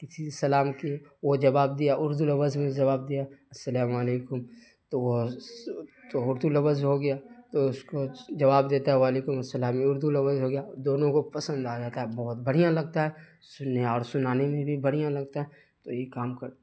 کسی سے سلام کیے وہ جواب دیا اردو لفظ میں جواب دیا السلام علیکم تو وہ تو اردو لفظ ہو گیا تو اس کو جواب دیتا ہے وعلیکم السلام یہ اردو لفظ ہو گیا دونوں کو پسند آ جاتا ہے بہت بڑھیا لگتا ہے سننے اور سنانے میں بھی بڑھیا لگتا ہے تو یہ کام کر